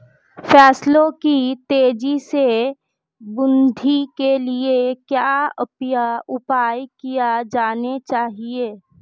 फसलों की तेज़ी से वृद्धि के लिए क्या उपाय किए जाने चाहिए?